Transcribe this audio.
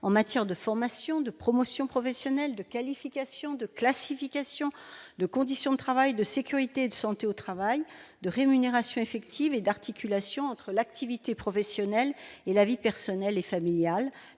en matière de formation, de promotion professionnelle, de qualification, de classification, de conditions de travail, de sécurité et de santé au travail, de rémunération effective et d'articulation entre l'activité professionnelle et la vie personnelle et familiale.